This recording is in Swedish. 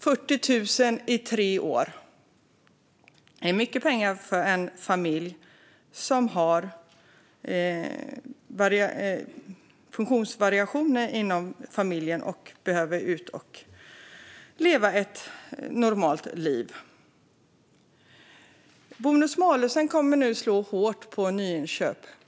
40 000 per år i tre år är mycket pengar för en familj där det finns funktionsvariationer och som behöver leva ett normalt liv. Bonus-malusen kommer nu att slå hårt på nyinköp.